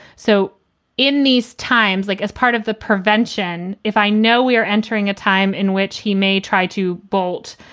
so in these times, like as part of the prevention, if i know we are entering a time in which he may try to bolt,